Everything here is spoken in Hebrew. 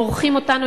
מורחים אותנו,